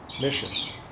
mission